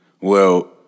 Well-